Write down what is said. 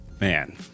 Man